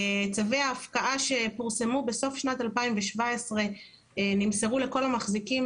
צווי ההפקעה שפורסמו בסוף שנת 2017 נמסרו לכל המחזיקים